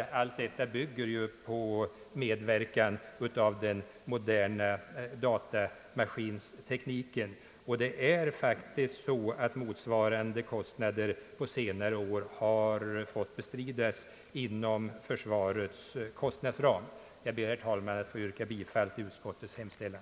— allt detta bygger ju på medverkan av den moderna datamaskintekniken. Det är faktiskt på det sättet att motsvarande kostnader på senare år har fått bestridas inom försvarets kostnadsram. Jag ber, herr talman, att få yrka bifall till utskottets hemställan.